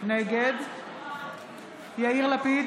נגד יאיר לפיד,